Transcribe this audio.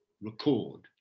Record